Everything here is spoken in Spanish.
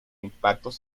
impactos